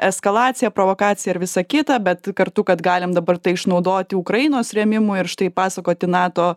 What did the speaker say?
eskalacija provokacija ir visa kita bet kartu kad galim dabar tai išnaudoti ukrainos rėmimui ir štai pasakoti nato